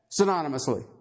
synonymously